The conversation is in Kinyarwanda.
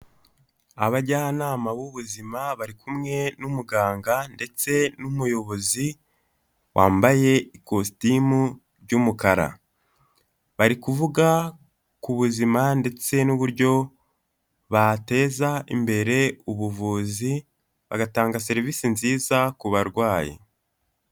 Abajyanama b'ubuzima bari kumwe n'umuganga ndetse n'umuyobozi wambaye ikositimu ry'umukara, bari kuvuga ku buzima ndetse n'uburyo bateza imbere ubuvuzi, bagatanga serivisi nziza ku barwayi.